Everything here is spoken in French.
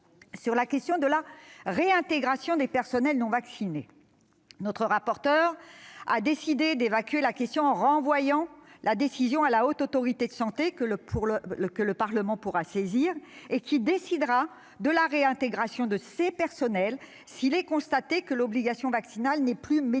en ce qui concerne la réintégration des personnels non vaccinés, notre rapporteur a décidé d'évacuer la question en renvoyant la décision à la Haute Autorité de santé, que le Parlement pourra saisir. À elle de décider de la réintégration de ces personnels, s'il est constaté que l'obligation vaccinale n'est plus médicalement